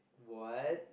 what